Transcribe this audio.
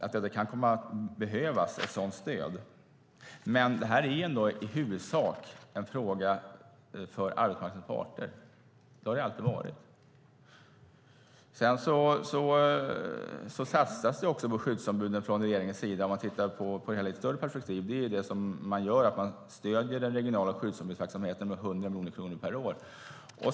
Det kan alltså komma att behövas ett sådant stöd. Detta är dock i huvudsak en fråga för arbetsmarknadens parter. Det har det alltid varit. Det satsas på skyddsombuden från regeringens sida, om man tittar på det hela i ett större perspektiv. Det är det man gör: Man stöder den regionala skyddsombudsverksamheten med 100 miljoner kronor per år.